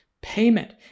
payment